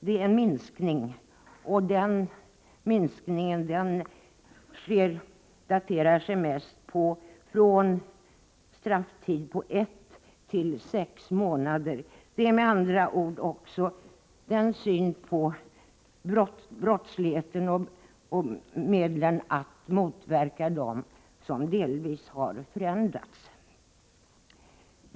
Det är en minskning som främst hänför sig till straff på mellan en och sex månader. Det är med andra ord också synen på brottsligheten och medlen för att motverka denna som delvis har förändrats.